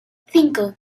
cinco